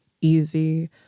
easy